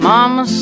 Mama